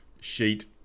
sheet